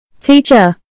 Teacher